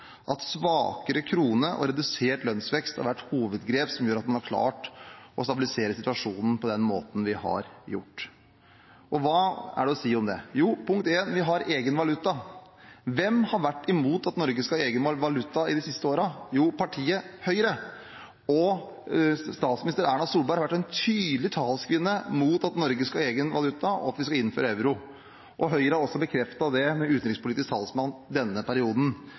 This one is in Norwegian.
at svakere krone og redusert lønnsvekst har vært hovedgrep som gjør at man har klart å stabilisere situasjonen på den måten vi har gjort. Hva er det å si om det? Jo, punkt én: Vi har egen valuta. Hvem har vært imot at Norge skal ha egen valuta i de siste årene? Jo, partiet Høyre, og statsminister Erna Solberg har vært en tydelig talskvinne mot at Norge skal ha egen valuta, og at vi skal innføre euro. Høyre har også bekreftet det ved utenrikspolitisk talsmann denne perioden.